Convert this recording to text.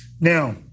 Now